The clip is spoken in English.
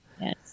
Yes